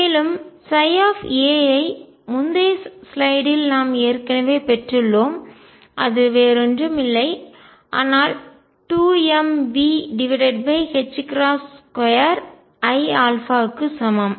மேலும்a ஐ முந்தைய ஸ்லைடில் நாம் ஏற்கனவே பெற்றுள்ளோம் அது வேறுஒன்றும் இல்லை ஆனால் 2mV2iα க்கு சமம்